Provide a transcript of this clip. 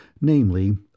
Namely